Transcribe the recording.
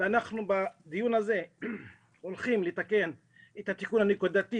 בדיון הזה אנחנו הולכים לתקן את התיקון הנקודתי,